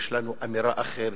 יש לנו אמירה אחרת,